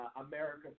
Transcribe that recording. America